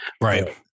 Right